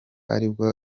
aribwo